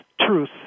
truth